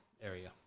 area